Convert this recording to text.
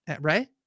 right